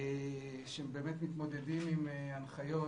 שמתמודדים עם הנחיות,